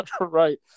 right